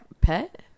pet